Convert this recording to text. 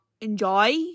enjoy